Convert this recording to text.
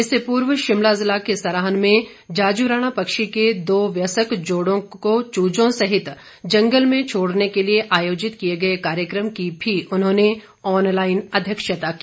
इससे पूर्व शिमला जिला के सराहन में जाजुराणा पक्षी के दो व्यस्क जोड़ों को चूजों सहित जंगल में छोड़ने के लिए आयोजित किए गए कार्यक्रम की भी उन्होंने ऑनलाईन अध्यक्षता की